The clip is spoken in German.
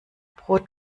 brot